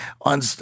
on